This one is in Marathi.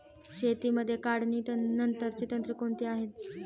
शेतीमध्ये काढणीनंतरची तंत्रे कोणती आहेत?